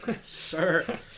sir